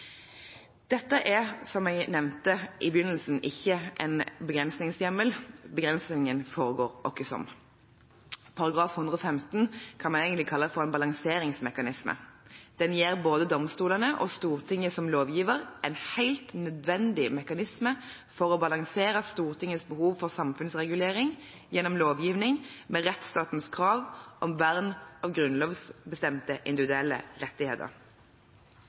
Dette er, som jeg nevnte i begynnelsen, ikke en begrensningshjemmel, begrensningen foregår åkkesom. Paragraf 115 kan man egentlig kalle en balanseringsmekanisme. Den gir både domstolene og Stortinget som lovgiver en helt nødvendig mekanisme for å balansere Stortingets behov for samfunnsregulering gjennom lovgivning med rettsstatens krav om vern av grunnlovsbestemte individuelle rettigheter.